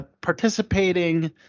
participating